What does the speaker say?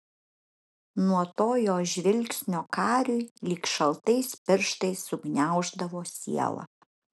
nuo to jos žvilgsnio kariui lyg šaltais pirštais sugniauždavo sielą